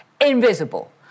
invisible